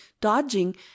dodging